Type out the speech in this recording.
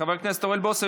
חבר הכנסת אוריאל בוסו,